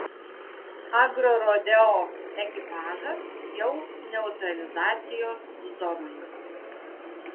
agrorodeo ekipažas jau neutralizacijos zonoje